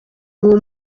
uwo